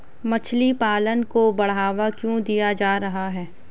मछली पालन को बढ़ावा क्यों दिया जा रहा है?